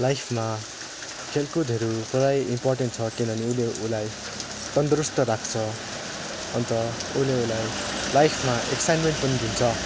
लाइफमा खेलकुदहरू पुरै इम्पोर्टेन्ट छ किनभने उसले उसलाई तन्दुरुस्त राख्छ अन्त उसले उसलाई लाइफमा एक्साइटमेन्ट पनि दिन्छ